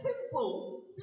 simple